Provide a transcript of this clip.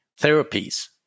therapies